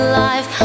life